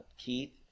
Keith